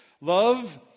love